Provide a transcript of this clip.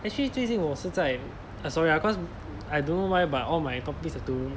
actually 最近我是在 sorry ah cause I don't know why but all my topics have to